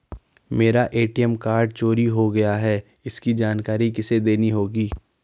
मेरा ATM card चोरी हो गया है इसकी जानकारी किसे देनी होगी?